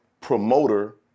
promoter